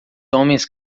homens